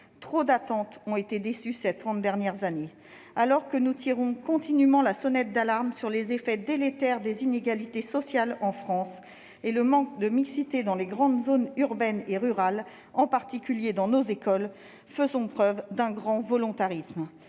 Trop d'attentes ont été déçues ces trente dernières années. Alors que nous tirons continument la sonnette d'alarme sur les effets délétères des inégalités sociales en France et sur le manque de mixité dans les grandes zones urbaines et rurales, en particulier dans nos écoles, faisons preuve non seulement d'un grand volontarisme,